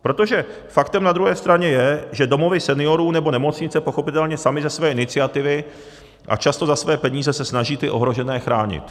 Protože faktem na druhé straně je, že domovy seniorů nebo nemocnice pochopitelně samy ze své iniciativy a často za své peníze se snaží ty ohrožené chránit.